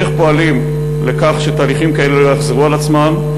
איך פועלים לכך שתהליכים כאלה לא יחזרו על עצמם?